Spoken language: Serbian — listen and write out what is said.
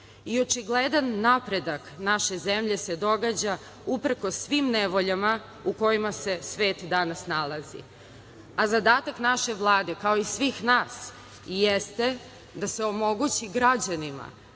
Očigledan napredak naše zemlje se događa uprkos svim nevoljama u kojima se svet danas nalazi. Zadatak naše Vlade, kao i svih nas jeste da se omogući građanima